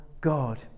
God